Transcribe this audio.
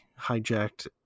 hijacked